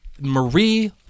Marie